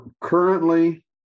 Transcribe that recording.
Currently